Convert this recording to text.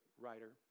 writer